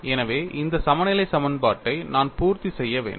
எனவே இந்த சமநிலை சமன்பாட்டை நான் பூர்த்தி செய்ய வேண்டும்